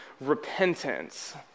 repentance